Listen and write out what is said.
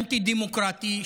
אנטי-דמוקרטי,